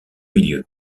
milieu